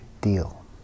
deal